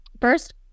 first